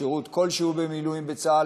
שירות כלשהו במילואים בצה"ל,